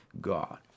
god